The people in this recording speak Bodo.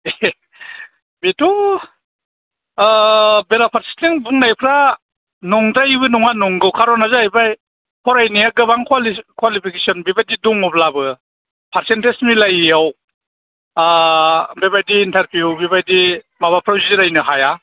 बेथ' बेराफारसेथिं बुंनायफ्रा नंद्रायिबो नङा नंगौ कारना जाहैबाय फरायनाया गोबां क्वालिटि क्वालिफिकेसन बेबायदि दङब्लाबो पारसेन्टेज मिलायियाव बेबायदि इन्टारभिउ बेबायदि माबाफ्राव जिरायनो हाया